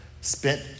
spent